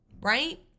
right